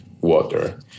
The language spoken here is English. water